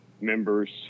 members